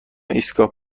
ایستگاه